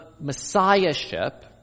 Messiahship